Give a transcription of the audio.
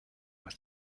with